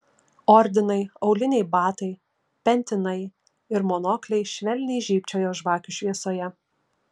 ordinai auliniai batai pentinai ir monokliai švelniai žybčiojo žvakių šviesoje